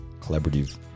collaborative